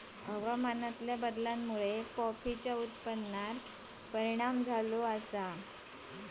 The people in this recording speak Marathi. हवामानातल्या बदलामुळे कॉफी उत्पादनार परिणाम झालो आसा